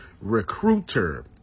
recruiter